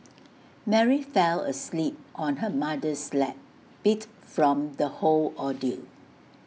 Mary fell asleep on her mother's lap beat from the whole ordeal